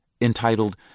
entitled